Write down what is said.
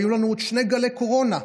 היו לנו עוד שני גלי קורונה,